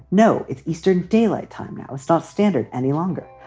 no, it's eastern daylight time now. it's not standard any longer.